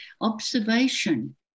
Observation